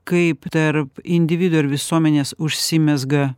kaip tarp individo ir visuomenės užsimezga